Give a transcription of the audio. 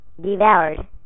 devoured